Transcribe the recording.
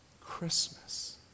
Christmas